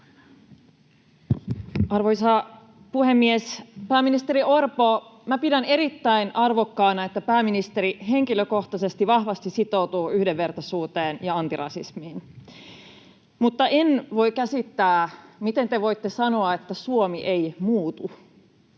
Arvoisa puhemies! Pääministeri Orpo, minä pidän erittäin arvokkaana, että pääministeri henkilökohtaisesti, vahvasti sitoutuu yhdenvertaisuuteen ja antirasismiin. Mutta en voi käsittää, miten te voitte sanoa, että Suomi ei muutu.